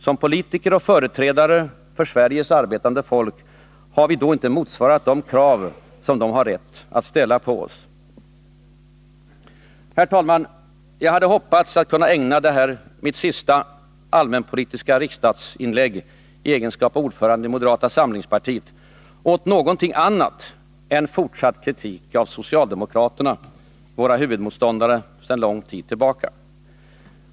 Som politiker och som företrädare för Sveriges arbetande folk har vi då inte motsvarat de krav de har rätt att ställa på oss. Herr talman! Jag hade hoppats att kunna ägna detta mitt sista allmänpolitiska riksdagsinlägg i egenskap av ordförande i moderata samlingspartiet åt någonting annat än fortsatt kritik av socialdemokraterna, våra huvudmotståndare sedan lång tid tillbaka.